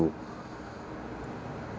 too